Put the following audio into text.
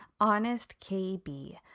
HONESTKB